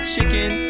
chicken